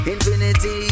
Infinity